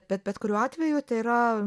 bet bet kuriuo atveju tai yra